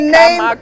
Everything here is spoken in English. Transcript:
name